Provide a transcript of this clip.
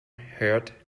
herd